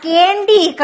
Candy